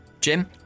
Jim